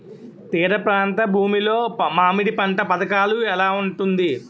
తీర ప్రాంత భూమి లో మామిడి పంట పథకాల ఎలా ఉంటుంది?